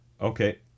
Okay